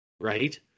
Right